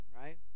right